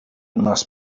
must